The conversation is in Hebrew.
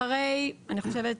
אחרי אני חושבת,